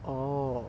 oh